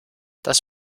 das